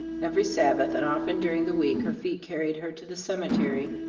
every sabbath, and often during the week, her feet carried her to the cemetery,